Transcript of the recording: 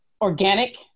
organic